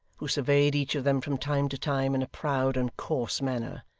who surveyed each of them from time to time in a proud and coarse manner,